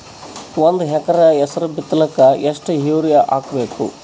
ಒಂದ್ ಎಕರ ಹೆಸರು ಬಿತ್ತಲಿಕ ಎಷ್ಟು ಯೂರಿಯ ಹಾಕಬೇಕು?